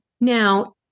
now